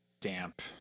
damp